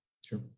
sure